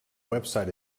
website